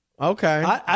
Okay